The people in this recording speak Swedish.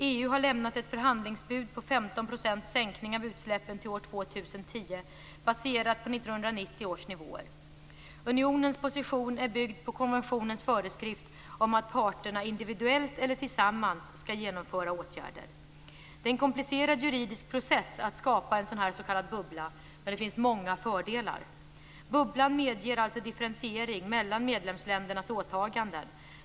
EU har lämnat ett förhandlingsbud på 15 % sänkning av utsläpp till år 2010 baserat på 1990 års nivåer. Unionens position är byggd på konventionens föreskrift om att parterna individuellt eller tillsammans skall genomföra åtgärder. Det är en komplicerad juridisk process att skapa en sådan s.k. bubbla, men det finns många fördelar. Bubblan medger en differentiering mellan medlemsländernas åtaganden.